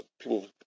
people